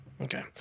Okay